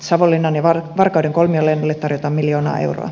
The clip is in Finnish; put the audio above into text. savonlinnan ja varkauden kolmiolennolle tarjotaan miljoonaa euroa